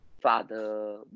father